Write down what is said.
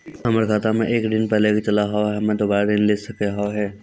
हमर खाता मे एक ऋण पहले के चले हाव हम्मे दोबारा ऋण ले सके हाव हे?